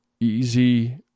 easy